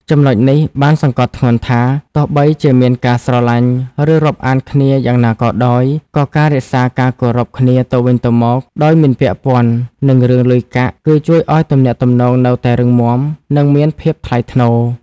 ចំណុចនេះបានសង្កត់ធ្ងន់ថា ទោះបីជាមានការស្រឡាញ់ ឬរាប់អានគ្នាយ៉ាងណាក៏ដោយ ក៏ការរក្សាការគោរពគ្នាទៅវិញទៅមកដោយមិនពាក់ព័ន្ធនឹងរឿងលុយកាក់ គឺជួយឲ្យទំនាក់ទំនងនៅតែរឹងមាំ និងមានភាពថ្លៃថ្នូរ។